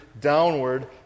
downward